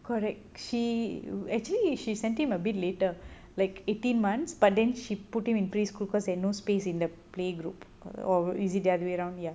correct she actually she sent him a bit later like eighteen months but then she put him in preschool because there's no space in the playgroup or is it the other way round ya